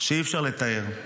שאי-אפשר לתאר,